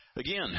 Again